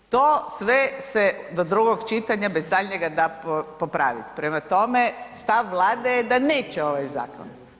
To sve se do drugog čitanja bez daljnjega da popraviti prema tome, stav Vlade je da neće ovaj zakon.